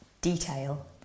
detail